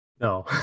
No